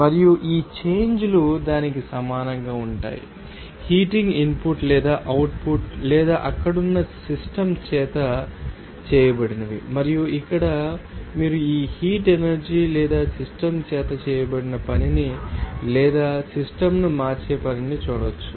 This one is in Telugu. మరియు ఈ చేంజ్ లు దానికి సమానంగా ఉంటాయి మీకు తెలుసా హీటింగ్ ఇన్పుట్ లేదా అవుట్పుట్ లేదా అక్కడ ఉన్న సిస్టమ్ చేత చేయబడినవి మరియు ఇక్కడ మీరు ఈ హీట్ ఎనర్జీ లేదా సిస్టమ్ చేత చేయబడిన పనిని లేదా సిస్టమ్ ను మార్చే పనిని చూడవచ్చు